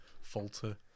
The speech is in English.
falter